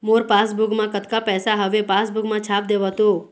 मोर passbook मा कतका पैसा हवे पासबुक मा छाप देव तो?